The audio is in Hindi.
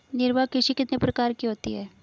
निर्वाह कृषि कितने प्रकार की होती हैं?